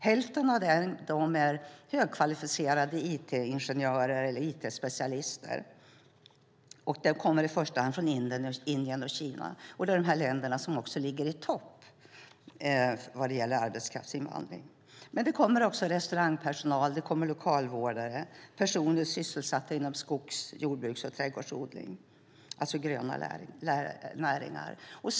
Hälften av dem är högkvalificerade it-specialister och ingenjörer från i första hand Indien och Kina. Dessa länder ligger i topp vad gäller arbetskraftsinvandring. Det kommer också restaurangpersonal och lokalvårdare, och det kommer personer sysselsatta inom skogs-, jordbruks och trädgårdsodling, alltså gröna näringar.